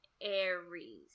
Aries